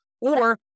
Or-